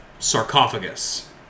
Sarcophagus